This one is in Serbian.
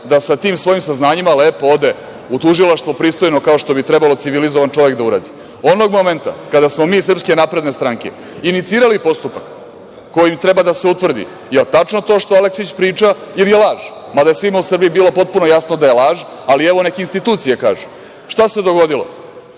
da sa tim svojim saznanjima lepo ode u tužilaštvo, pristojno, kao što bi trebao civilizovan čovek da uradi. Onog momenta kada smo mi iz SNS inicirali postupak kojim treba da se utvrdi jel tačno to što Aleksić priča ili je laž, mada je svima u Srbiji bilo potpuno jasno da je laž, ali, evo, neka institucije kažu. Šta se dogodilo?